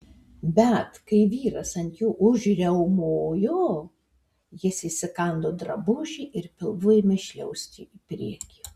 bet kai vyras ant jo užriaumojo jis įsikando drabužį ir pilvu ėmė šliaužti į priekį